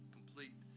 complete